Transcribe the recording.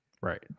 Right